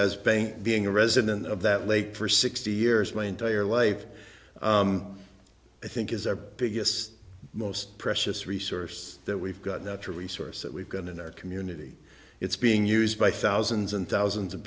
says bank being a resident of that lake for sixty years my entire life i think is our biggest most precious resource that we've got natural resource that we've got in our community it's being used by thousands